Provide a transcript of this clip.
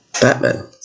Batman